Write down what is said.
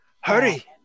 Hurry